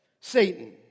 Satan